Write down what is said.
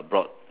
brought